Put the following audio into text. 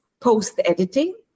post-editing